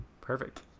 Perfect